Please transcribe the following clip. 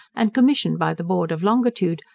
and commissioned by the board of longitude,